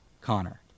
Connor